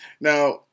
Now